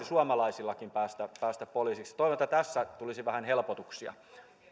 suomalaisillakin päästä päästä poliisiksi toivotaan että tässä tulisi vähän helpotuksia